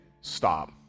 Stop